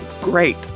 great